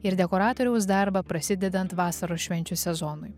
ir dekoratoriaus darbą prasidedant vasaros švenčių sezonui